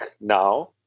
now